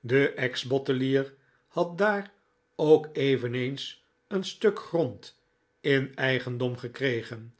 de ex bottelier had daar ook eveneens een stuk grond in eigendom gekregen